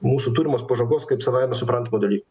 mūsų turimos pažangos kaip savaime suprantamo dalyko